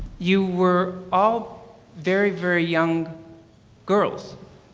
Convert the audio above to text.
you were all very, very young girls.